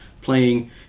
playing